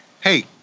Hey